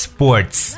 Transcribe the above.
Sports